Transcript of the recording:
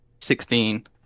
Sixteen